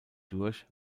durch